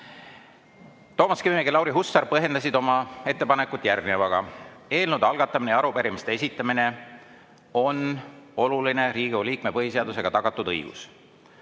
ja Lauri Hussar põhjendasid oma ettepanekut järgnevaga. Eelnõude algatamine ja arupärimiste esitamine on oluline Riigikogu liikme põhiseadusega tagatud õigus.